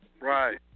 Right